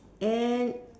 and